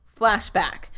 Flashback